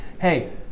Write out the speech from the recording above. hey